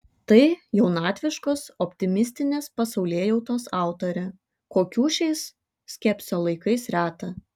tai jaunatviškos optimistinės pasaulėjautos autorė kokių šiais skepsio laikais reta